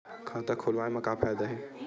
खाता खोलवाए मा का फायदा हे